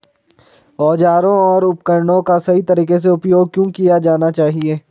औजारों और उपकरणों का सही तरीके से उपयोग क्यों किया जाना चाहिए?